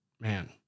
man